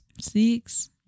Six